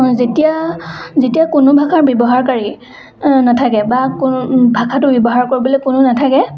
যেতিয়া যেতিয়া কোনো ভাষাৰ ব্যৱহাৰকাৰী নেথাকে বা কোনো ভাষাটো ব্যৱহাৰ কৰিবলৈ কোনো নেথাকে